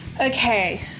okay